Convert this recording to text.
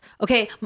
Okay